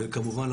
וכמובן,